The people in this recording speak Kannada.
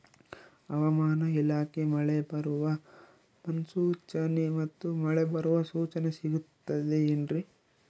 ಹವಮಾನ ಇಲಾಖೆ ಮಳೆ ಬರುವ ಮುನ್ಸೂಚನೆ ಮತ್ತು ಮಳೆ ಬರುವ ಸೂಚನೆ ಸಿಗುತ್ತದೆ ಏನ್ರಿ?